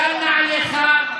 של נעליך.